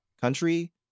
country